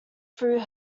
through